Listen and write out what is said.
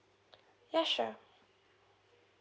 yeah sure